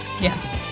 Yes